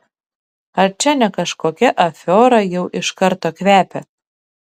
ar čia ne kažkokia afiora jau iš karto kvepia